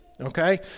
okay